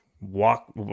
walk